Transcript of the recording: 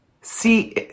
See